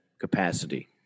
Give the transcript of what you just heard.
capacity